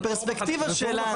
בפרספקטיבה שלנו,